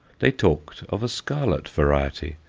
they talked of a scarlet variety,